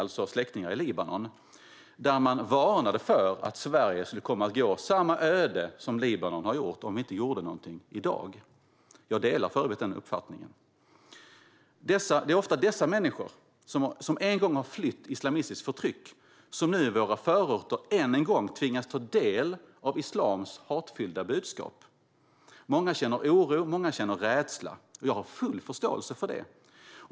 De varnar för att Sverige ska komma att gå samma öde till mötes som Libanon har gjort om vi inte gör någonting i dag. Jag delar för övrigt denna uppfattning. Det är ofta dessa människor, som en gång har flytt islamistiskt förtryck, som nu i våra förorter än en gång tvingas ta del av islams hatfyllda budskap. Många känner oro, och många känner rädsla. Jag har full förståelse för det.